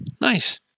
nice